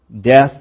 death